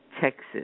Texas